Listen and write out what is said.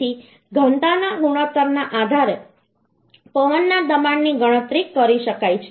તેથી ઘનતાના ગુણોત્તરના આધારે પવનના દબાણની ગણતરી કરી શકાય છે